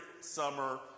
summer